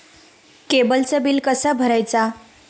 केबलचा बिल कसा भरायचा?